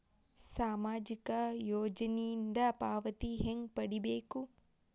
ಸಾಮಾಜಿಕ ಯೋಜನಿಯಿಂದ ಪಾವತಿ ಹೆಂಗ್ ಪಡಿಬೇಕು?